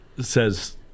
says